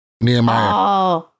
Nehemiah